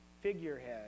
figurehead